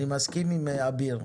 אני מסכים עם אביר.